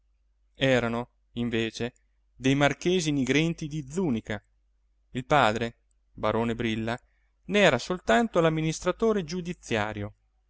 erano invece dei marchesi nigrenti di zùnica il padre barone brilla ne era soltanto l'amministratore giudiziario